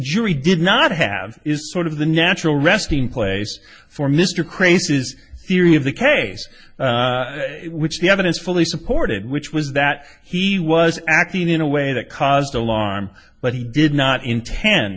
jury did not have sort of the natural resting place for mr crazes theory of the case which the evidence fully supported which was that he was acting in a way that caused alarm but he did not intend